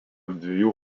dviejų